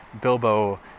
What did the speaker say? Bilbo